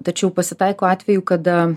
tačiau pasitaiko atvejų kada